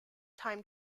time